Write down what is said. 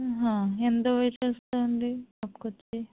ఎంత పే చేస్తుంది కప్పు వచ్చి